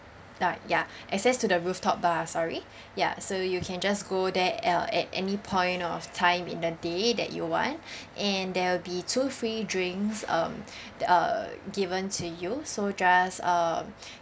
uh ya access to the rooftop bar sorry ya so you can just go there uh at any point of time in the day that you want and there'll be two free drinks um that are given to you so just uh